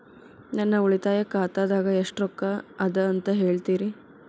ನನ್ನ ಉಳಿತಾಯ ಖಾತಾದಾಗ ಎಷ್ಟ ರೊಕ್ಕ ಅದ ಅಂತ ಹೇಳ್ತೇರಿ?